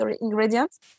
ingredients